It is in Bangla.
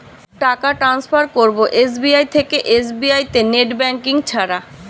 টাকা টান্সফার করব এস.বি.আই থেকে এস.বি.আই তে নেট ব্যাঙ্কিং ছাড়া?